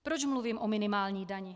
Proč mluvím o minimální dani?